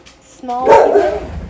Small